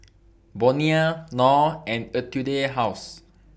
Bonia Knorr and Etude House